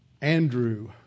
Andrew